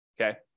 okay